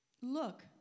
Look